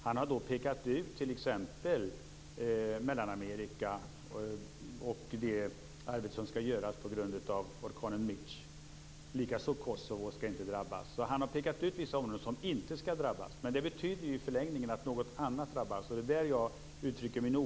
Han har pekat ut t.ex. Mellanamerika och det arbete som skall göras på grund av orkanen Mitch. Inte heller Kosovo skall drabbas. Han har pekat ut vissa områden som inte skall drabbas. Men det betyder i förlängningen att något annat drabbas, och det är där jag uttrycker min oro.